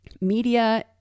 Media